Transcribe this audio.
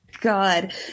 god